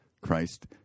Christ